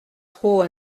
trop